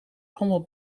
allemaal